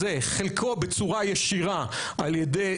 חלקו בצורה ישירה על ידי,